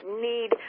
need